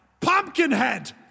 Pumpkinhead